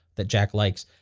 that jack likes.